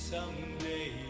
Someday